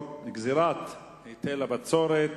גזירת היטל הבצורת,